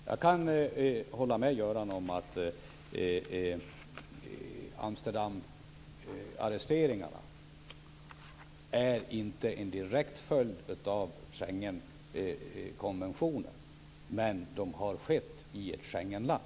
Jag kan hålla med Göran Magnusson om att Amsterdamarresteringarna inte är en direkt följd av Schengenkonventionen men de har skett i ett Schengenland.